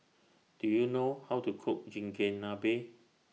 Do YOU know How to Cook Chigenabe